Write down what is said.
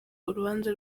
urubanza